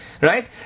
right